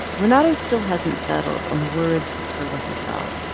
renato still hasn't settled on the words for what he felt,